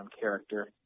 character